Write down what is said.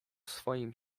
swoim